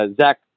Zach